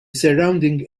surrounding